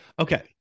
Okay